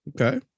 okay